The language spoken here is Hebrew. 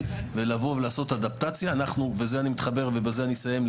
ולבוא ולעשות אדפטציה וזה אני מתחבר ובזה אני אסיים,